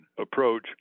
approach